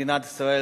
מדינת ישראל,